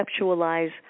conceptualize